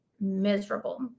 miserable